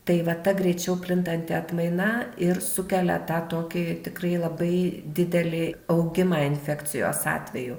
tai va ta greičiau plintanti atmaina ir sukelia tą tokį tikrai labai didelį augimą infekcijos atvejų